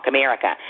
America